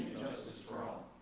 justice for all.